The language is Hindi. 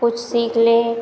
कुछ सीख लें